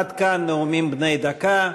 עד כאן נאומים בני דקה.